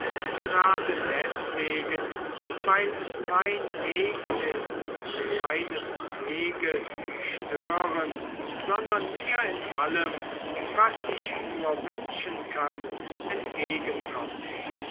gerade deswegen weil es mein weg ist keinesweges stören sondern mir in allem was ich nur wünschen kann entgegenkommen